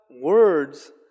words